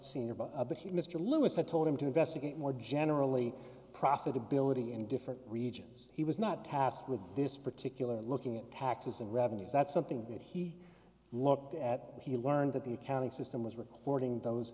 senior but but he mr lewis had told him to investigate more generally profitability in different regions he was not tasked with this particular looking at taxes and revenues that's something that he looked at and he learned that the accounting system was reporting those